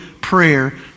prayer